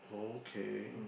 okay